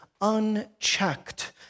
unchecked